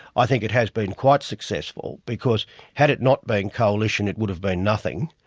i think it has been quite successful, because had it not been coalition it would have been nothing.